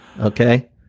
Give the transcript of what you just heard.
Okay